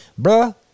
Bruh